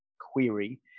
query